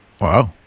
Wow